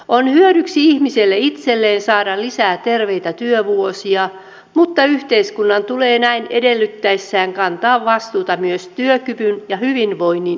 on hyödyksi ihmiselle itselleen saada lisää terveitä työvuosia mutta yhteiskunnan tulee näin edellyttäessään kantaa vastuuta myös työkyvyn ja hyvinvoinnin säilyttämisestä